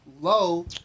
low